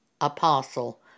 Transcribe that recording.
apostle